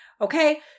Okay